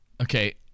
Okay